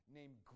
named